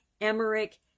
Emmerich